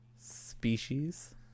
Species